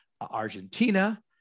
Argentina